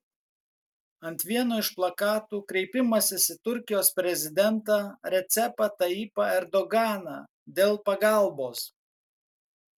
ant vieno iš plakatų kreipimasis į turkijos prezidentą recepą tayyipą erdoganą dėl pagalbos